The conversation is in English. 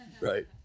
Right